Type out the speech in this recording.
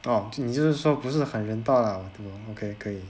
orh 你就是说不是人道 ah 我懂 okay 可以